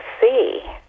see